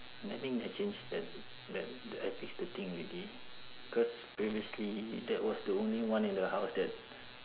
then I think change that that I fix the thing already cause previously that was the only one in the house that